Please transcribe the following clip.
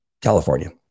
California